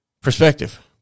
perspective